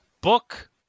book